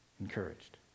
encouraged